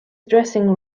dressing